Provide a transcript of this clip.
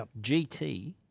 GT